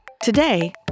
Today